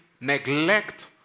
neglect